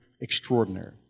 extraordinary